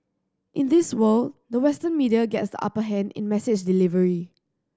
in this world the Western media gets the upper hand in message delivery